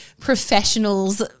professionals